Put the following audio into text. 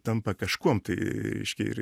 tampa kažkuom tai reiškia ir